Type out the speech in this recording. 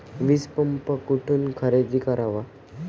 वीजपंप कुठून खरेदी करावा?